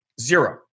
zero